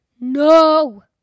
No